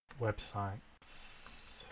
websites